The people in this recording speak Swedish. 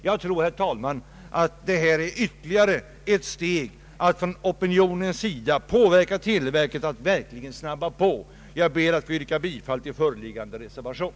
Jag tror, herr talman, att detta är ytterli gare ett steg att få en opinion för att påverka televerket att verkligen skynda på. Jag ber att få yrka bifall till föreliggande reservation.